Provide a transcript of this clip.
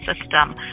system